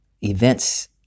Events